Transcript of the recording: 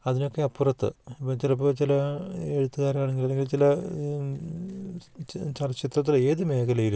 അതിനൊക്കെ അപ്പുറത്ത് ഇപ്പം ചിലപ്പോൾ ചില എഴുത്തുകാരാണെങ്കിൽ അല്ലെങ്കിൽ ചില ചലചിത്രത്തിൽ ഏത് മേഖലയിലും